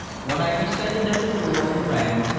when i descended at the door and rang,